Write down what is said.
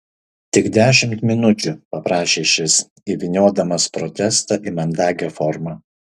tik dešimt minučių paprašė šis įvyniodamas protestą į mandagią formą